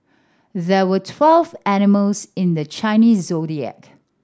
there were twelve animals in the Chinese Zodiac